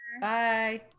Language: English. bye